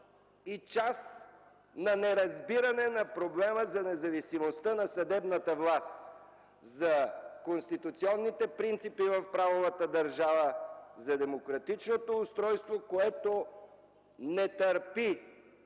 и част на неразбиране на проблема за независимостта на съдебната власт, за конституционните принципи в правовата държава, за демократичното устройство, което не търпи